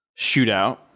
shootout